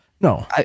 No